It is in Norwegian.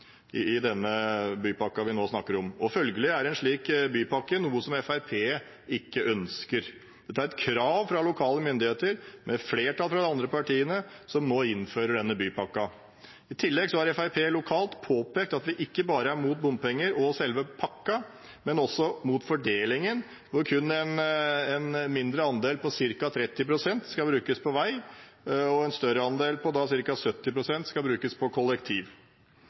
denne bypakken vi nå snakker om. Følgelig er en slik bypakke noe Fremskrittspartiet ikke ønsker. Det er et krav fra lokale myndigheter, med et flertall av de andre partiene, som gjør at denne bypakken nå innføres. I tillegg har Fremskrittspartiet lokalt påpekt at vi ikke bare er mot bompenger og selve pakken, men også mot fordelingen, hvor kun en mindre andel på ca. 30 pst. skal brukes på vei og en større andel på ca. 70 pst. skal brukes på